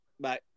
Bye